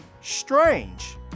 strange